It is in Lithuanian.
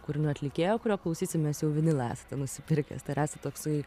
kūrinių atlikėjo kurio klausysimės jau vinilą esate nusipirkęs tai ar esat toksai